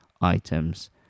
items